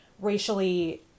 racially